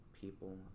people